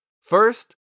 First